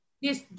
Yes